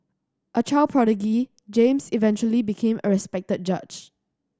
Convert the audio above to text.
a child prodigy James eventually became a respected judge